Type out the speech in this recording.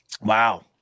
Wow